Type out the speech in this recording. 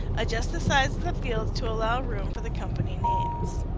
adjust the size of the fields to allow room for the company names.